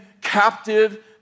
captive